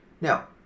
Now